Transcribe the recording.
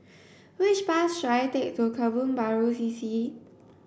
which bus should I take to Kebun Baru C C